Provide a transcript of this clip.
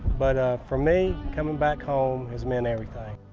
but ah for me, coming back home has been everything.